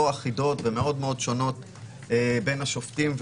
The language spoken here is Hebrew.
אחידות ומאוד מאוד שונות בין השופטים,